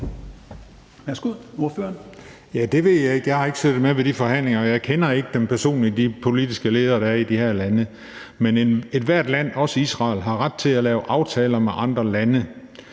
Christian Juhl (EL): Ja, det ved jeg ikke. Jeg har ikke siddet med ved de forhandlinger, og jeg kender ikke personligt de politiske ledere, der er i de her lande. Men ethvert land, også Israel, har ret til at lave aftaler med andre lande,